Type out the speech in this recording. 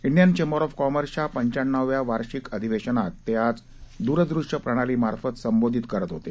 Indian chamber of कॉमर्सच्या पंच्याण्णवाव्या वार्षिक अधिवेशनाला ते आज दूरदृष्य प्रणाली मार्फत संबोधित करत होते